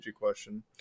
question